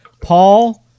Paul